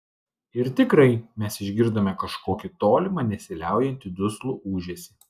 ir tikrai mes išgirdome kažkokį tolimą nesiliaujantį duslų ūžesį